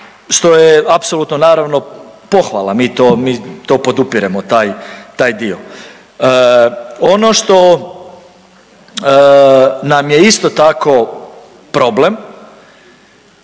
što je apsolutno naravno pohvala, mi to podupiremo taj dio. Ono što nam je isto tako problem